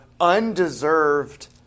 undeserved